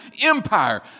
Empire